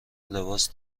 لباس